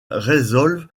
résolvent